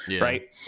Right